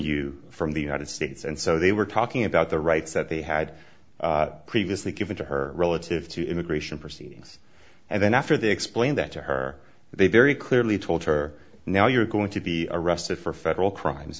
you from the united states and so they were talking about the rights that they had previously given to her relative to immigration proceedings and then after they explained that to her they very clearly told her now you're going to be arrested for federal crime